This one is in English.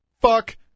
Fuck